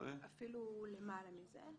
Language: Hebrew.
--- אפילו למעלה מזה.